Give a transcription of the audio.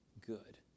good